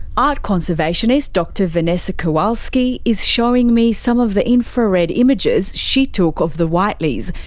art conservationist dr. vanessa kowalski is showing me some of the infra-red images she took of the whiteleys.